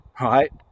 right